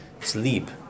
sleep